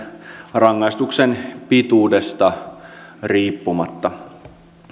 rangaistuksen pituudesta riippumatta